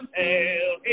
hail